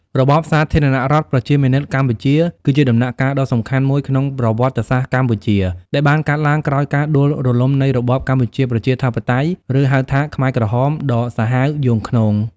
របបសាធារណរដ្ឋប្រជាមានិតកម្ពុជា គឺជាដំណាក់កាលដ៏សំខាន់មួយក្នុងប្រវត្តិសាស្ត្រកម្ពុជា ដែលបានកើតឡើងក្រោយការដួលរលំនៃរបបកម្ពុជាប្រជាធិបតេយ្យ ឬ ហៅថាខ្មែរក្រហម ដ៏សាហាវយង់ឃ្នង។